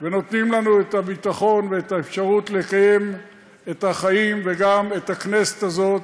ונותנים לנו את הביטחון ואת האפשרות לקיים את החיים וגם את הכנסת הזאת,